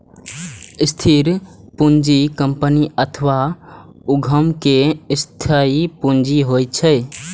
स्थिर पूंजी कंपनी अथवा उद्यम के स्थायी पूंजी होइ छै